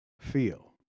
feel